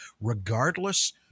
regardless